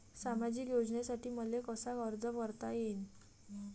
सामाजिक योजनेसाठी मले कसा अर्ज करता येईन?